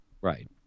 right